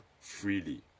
freely